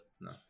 no